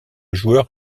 joueur